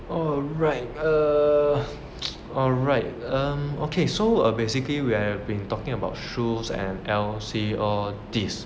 alright err alright um okay so basically we have been talking about shoes and L_C all this